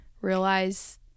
Realize